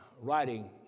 writing